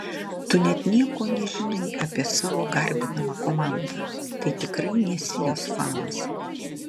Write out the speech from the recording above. tu net nieko nežinai apie savo garbinamą komandą tai tikrai nesi jos fanas